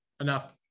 enough